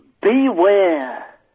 beware